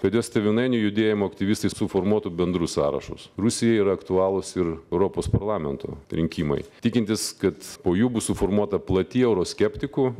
kad jos tėvynainių judėjimo aktyvistai suformuotų bendrus sąrašus rusijai yra aktualūs ir europos parlamento rinkimai tikintis kad po jų bus suformuota plati euroskeptikų